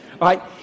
right